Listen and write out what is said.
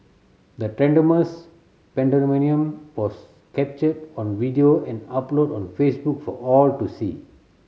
the pandemonium was captured on video and uploaded on Facebook for all to see